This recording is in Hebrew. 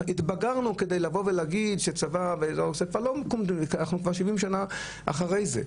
התבגרנו כבר כדי לבוא ולהגיד על הצבא --- אנחנו כבר שבעים שנה אחרי זה.